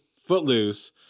Footloose